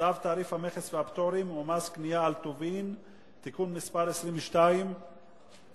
צו תעריף המכס והפטורים ומס קנייה על טובין (תיקון מס' 22) (תיקון),